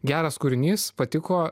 geras kūrinys patiko